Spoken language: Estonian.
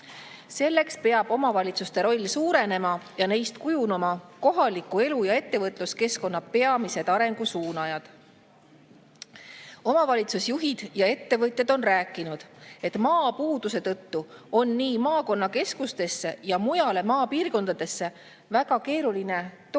Selleks peab omavalitsuste roll suurenema ja neist peavad kujunema kohaliku elu ja ettevõtluskeskkonna peamised arengu suunajad. Omavalitsusjuhid ja ettevõtjad on rääkinud, et maapuuduse tõttu on nii maakonnakeskustesse kui ka mujale maapiirkondadesse väga keeruline tootmist